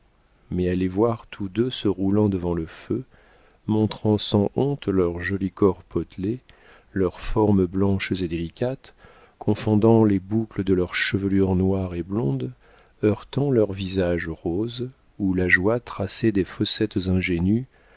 à les voir tous deux se roulant devant le feu montrant sans honte leurs jolis corps potelés leurs formes blanches et délicates confondant les boucles de leurs chevelures noire et blonde heurtant leurs visages roses où la joie traçait des fossettes ingénues